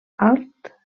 alt